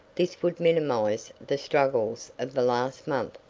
this would minimize the struggles of the last month.